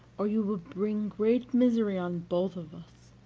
or you will bring great misery on both of us.